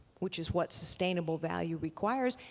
which is what sustainable value requires,